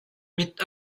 mit